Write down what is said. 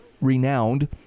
renowned